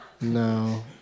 No